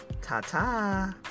ta-ta